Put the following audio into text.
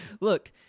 Look